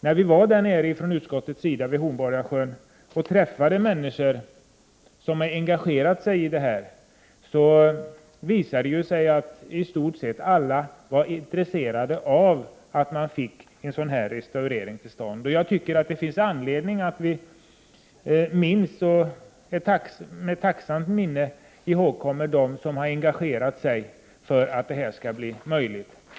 När vi från utskottet var nere vid Hornborgasjön och träffade människor som engagerat sig i detta, visade det sig att i stort sett alla var intresserade av att få en sådan här restaurering till stånd. Jag tycker det finns anledning att i tacksamt minne ihågkomma dem som har engagerat sig för att detta skulle bli möjligt.